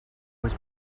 was